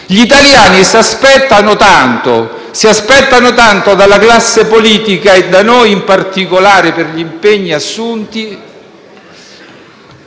gli italiani si aspettano tanto dalla classe politica - e da noi in particolare per gli impegni assunti